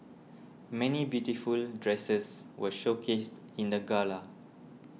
many beautiful dresses were showcased in the gala